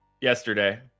yesterday